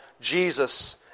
Jesus